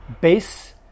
Base